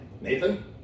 Nathan